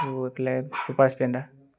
আৰু এইবিলাক Super Splendor